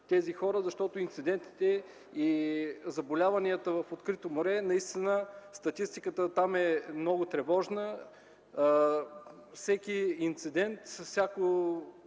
тези хора, защото инциденти и заболявания в открито море има. Статистиката там е много тревожна, всеки инцидент, всяко